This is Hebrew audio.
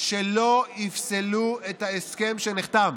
שלא יפסלו את ההסכם שנחתם